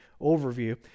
overview